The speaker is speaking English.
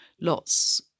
lots